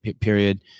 period